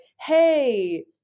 hey